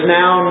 now